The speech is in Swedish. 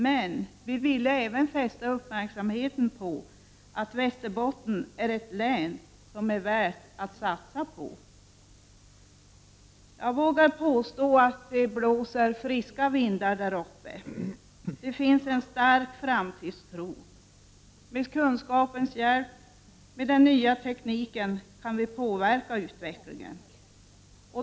Men vi ville även fästa uppmärksamheten på att Västerbotten är ett län som det är värt att satsa på. Jag vågar påstå att det blåser friska vindar där uppe. Det finns en stark framtidstro. Med kunskapens hjälp och med den nya tekniken kan vi påverka utvecklingen.